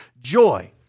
joy